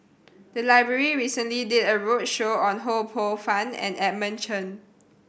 the library recently did a roadshow on Ho Poh Fun and Edmund Chen